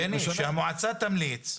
בני, שהמועצה תמליץ --- נו,